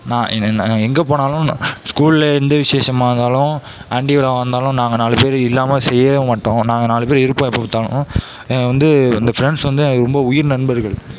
நான் எங்கே போனாலும் ஸ்கூலில் எந்த விசேஷமாக இருந்தாலும் ஆண்டுவிழாவாக இருந்தாலும் நாங்கள் நாலு பேர் இல்லாமல் செய்ய மாட்டோம் நாங்கள் நாலு பேர் இருப்போம் எப்போ பார்த்தாலும் வந்து இந்த ஃபிரண்ட்ஸ் வந்து ரொம்ப உயிர் நண்பர்கள்